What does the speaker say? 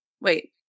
Wait